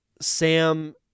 Sam